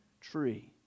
tree